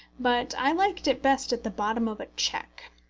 but i liked it best at the bottom of a cheque.